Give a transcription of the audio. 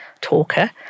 talker